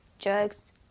drugs